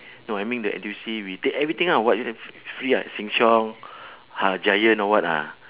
no I mean the N_T_U_C we take everything ah what they have free ah sheng siong ha giant or what ah